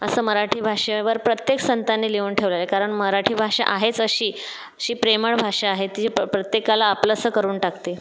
असं मराठी भाषेवर प्रत्येक संतांनी लिहून ठेवलेलं आहे कारण मराठी भाषा आहेच अशी अशी ती प्रेमळ भाषा आहे ती प्रत्येकाला आपलंसं करून टाकते